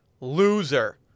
Loser